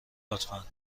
لطفا